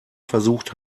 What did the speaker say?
versucht